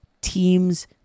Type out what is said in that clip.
teams